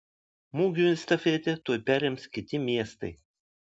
mugių estafetę tuoj perims kiti miestai